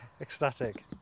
ecstatic